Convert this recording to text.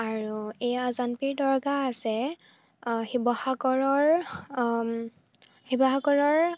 আৰু এই আজানপীৰ দৰগাহ আছে শিৱসাগৰৰ শিৱসাগৰৰ